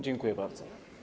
Dziękuję bardzo.